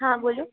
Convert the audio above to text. હા બોલો